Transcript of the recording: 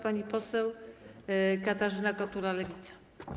Pani poseł Katarzyna Kotula, Lewica.